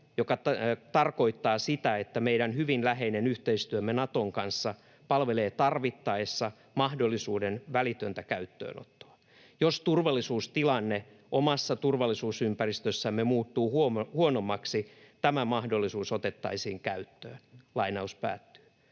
joka tarkoittaa sitä, että meidän hyvin läheinen yhteistyömme Naton kanssa palvelee tarvittaessa mahdollisuuden välitöntä käyttöönottoa. Jos turvallisuustilanne omassa turvallisuusympäristössämme muuttuu huonommaksi, tämä mahdollisuus otettaisiin käyttöön.” Näin totesi